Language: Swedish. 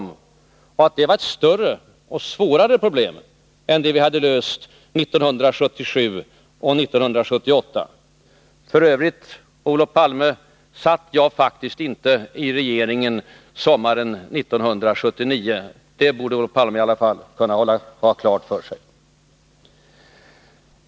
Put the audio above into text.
Jag sade också att de problemen var större och svårare än dem som vi hade löst 1977 och 1978. F. ö., Olof Palme, satt jag faktiskt inte i regeringen sommaren 1979 — det borde Olof Palme i alla fall ha klart för sig.